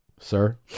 Sir